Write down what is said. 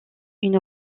une